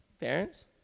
parents